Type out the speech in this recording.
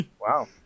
Wow